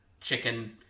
chicken